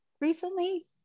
recently